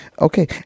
Okay